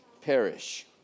perish